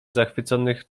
zachwyconych